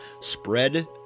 spread